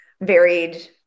varied